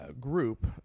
group